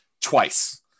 twice